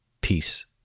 peace